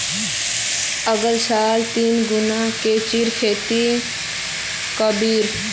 अगला साल ती कुन चीजेर खेती कर्बो